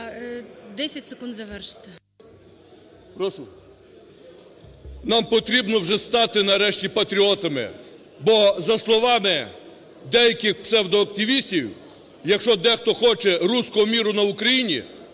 Нам потрібно вже стати нарешті патріотами, бо за словами деяких псевдоактивістів, якщо дехто хоче руського миру на Україні,